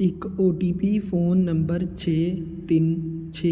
ਇੱਕ O T P phone number ਛੇ ਤਿੰਨ ਛੇ